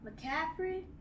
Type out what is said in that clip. McCaffrey